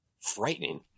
frightening